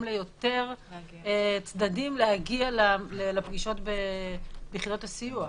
ליותר צדדים להגיע לפגישות ביחידות הסיוע.